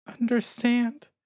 understand